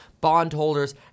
bondholders